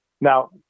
Now